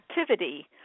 activity